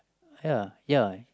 ya ya